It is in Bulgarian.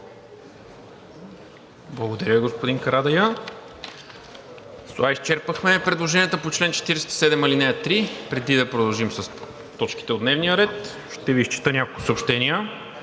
Благодаря, господин Карадайъ. С това изчерпахме предложенията по чл. 47, ал. 3. Преди да продължим с точките от дневния ред, ще Ви изчета няколко съобщения: